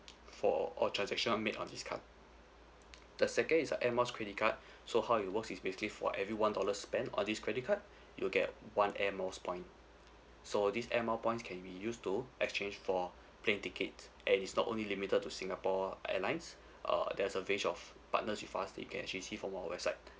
for all transaction made on this card the second is a Air Miles credit card so how it works is basically for every one dollar spent on this credit card you will get one Air Miles point so this Air Miles points can be used to exchange for plane tickets and is not only limited to singapore airlines err there's a range of partners with us you can actually see from our website